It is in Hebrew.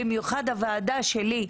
במיוחד הוועדה שלי,